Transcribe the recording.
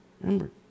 Remember